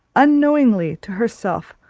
unknowingly to herself,